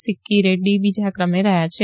સિકકી રેડૃ બીજા ક્રમે રહ્યાં છે